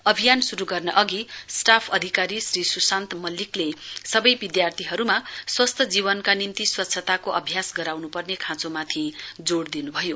अभियान शुरू गर्न अघि स्टाफ अधिकारी श्री सुशान्त मल्लिकले सबै विद्यार्थीहरूमा स्वच्छ जीवनका निम्ति स्वच्छताको अभ्यास गराउनुपर्ने खाँचोमाथि जोड दिनु भयो